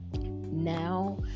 now